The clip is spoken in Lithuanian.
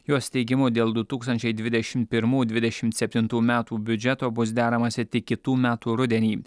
jos teigimu dėl du tūkstančiai dvidešim pirmų dvidešimt septintų metų biudžeto bus deramasi tik kitų metų rudenį